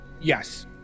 Yes